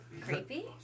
Creepy